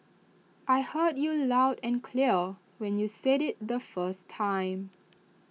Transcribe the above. I heard you loud and clear when you said IT the first time